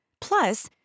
plus